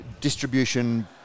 distribution